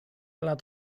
lat